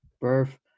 birth